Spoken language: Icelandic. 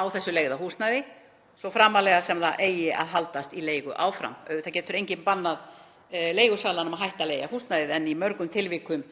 á þessu leigða húsnæði svo framarlega sem það eigi að haldast í leigu áfram. Auðvitað getur enginn bannað leigusalanum að hætta að leigja húsnæðið en í mörgum tilvikum